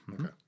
Okay